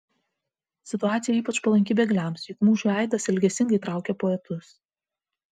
situacija ypač palanki bėgliams juk mūšių aidas ilgesingai traukia poetus